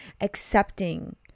accepting